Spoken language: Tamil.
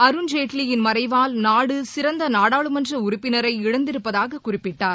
அருண்ஜேட்லியின் மறைவால் நாடு சிறந்த நாடாளுமன்ற உறுப்பினரை திரு இழந்திருப்பதாகக் குறிப்பிட்டார்